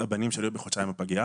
הבנים שלי היו חודשיים בפגייה.